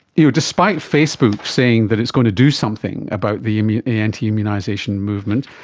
you know despite facebook saying that it's going to do something about the anti-immunisation movement,